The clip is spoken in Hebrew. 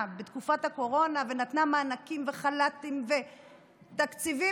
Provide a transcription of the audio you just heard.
בתקופת הקורונה ונתנה מענקים וחל"תים ותקציבים,